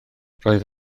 roedd